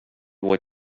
what